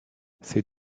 ses